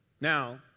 Now